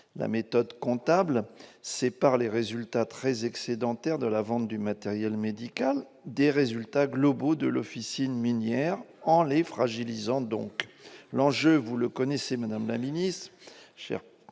la méthode comptable sépare les résultats très excédentaires de la vente du matériel médical des résultats globaux de l'officine minière, ce qui fragilise ces derniers. Madame la ministre,